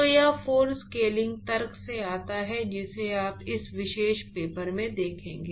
तो यह 4 स्केलिंग तर्क से आता है जिसे आप इस विशेष पेपर में देखेंगे